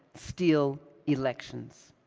steal elections.